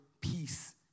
peace